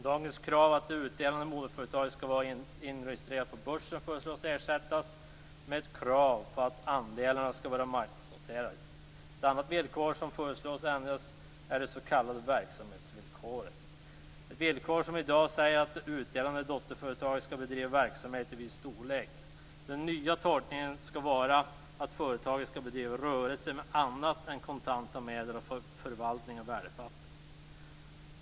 Dagens krav att det utdelande moderföretaget skall vara inregistrerat på börsen föreslås ersättas med ett krav på att andelarna skall vara marknadsnoterade. Ett annat villkor som föreslås ändras är det s.k. verksamhetsvillkoret. Detta villkor innebär i dag att det utdelande dotterföretaget skall bedriva verksamhet av viss storlek. Enligt den nya utformningen skall företaget bedriva rörelse med annat än kontanta medel och förvaltning av värdepapper.